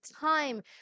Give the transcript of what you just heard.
time